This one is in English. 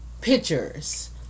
pictures